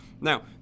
Now